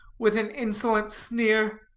with an insolent sneer.